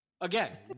Again